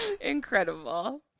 Incredible